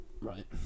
Right